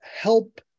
help